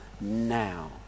now